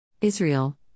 Israel